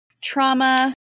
trauma